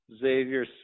Xavier